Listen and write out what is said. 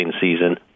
season